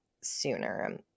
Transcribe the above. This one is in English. sooner